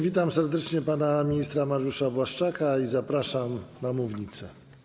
Witam serdecznie pana ministra Mariusza Błaszczaka i zapraszam na mównicę.